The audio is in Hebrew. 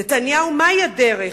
נתניהו, מהי הדרך?